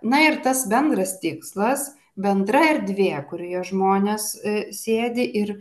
na ir tas bendras tikslas bendra erdvė kurioje žmonės sėdi ir